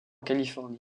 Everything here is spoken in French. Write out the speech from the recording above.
californie